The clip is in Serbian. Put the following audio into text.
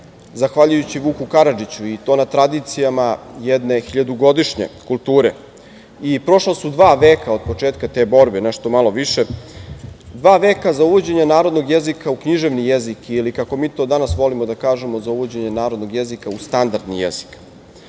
zahvaljujući Vuku Karadžiću, i to na tradicijama jedne hiljadugodišnje kulture. Prošla su dva veka od početka te borbe, nešto malo više, dva veka za uvođenje narodnog jezika u književni jezik ili, kako mi to danas volimo da kažemo, za uvođenje narodnog jezika u standardni jezik.